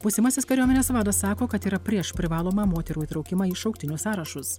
būsimasis kariuomenės vadas sako kad yra prieš privalomą moterų įtraukimą į šauktinių sąrašus